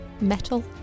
Metal